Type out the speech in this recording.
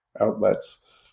outlets